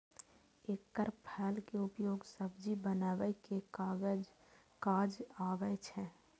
एकर फल के उपयोग सब्जी बनबै के काज आबै छै